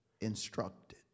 instructed